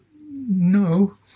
no